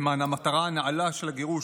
למען המטרה של הגירוש.